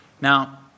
Now